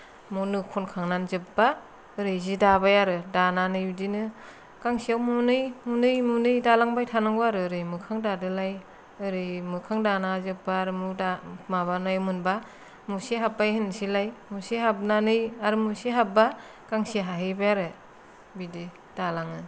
मु नो खनखांनानै जोब्बा ओरै जि दाबाय आरो दानानै बिदिनो गांसेयाव मुनै मुनै मुनै दालांबाय थानांगौ आरो ओरै मोखां दादोलाय ओरै मोखां दाना जोब्बा आरो मु दा माबानाय मोनबा मुसे हाब्बाय होनसैलाय मुसे हाबनानै आरो मुसे हाब्बा गांसे हाहैबाय आरो बिदि दालाङो